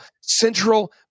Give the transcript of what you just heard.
central